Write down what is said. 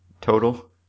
total